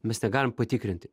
mes negalim patikrinti